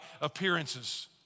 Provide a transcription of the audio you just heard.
appearances